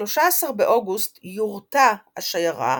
ב-13 באוגוסט יורטה השיירה